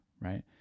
right